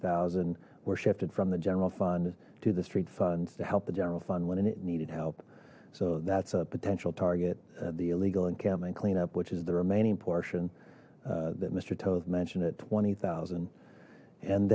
thousand were shifted from the general fund to the street funds to help the general fund one and it needed help so that's a potential target the illegal encampment cleanup which is the remaining portion that mister toth mentioned at twenty thousand and